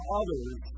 others